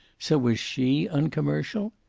so was she uncommercial.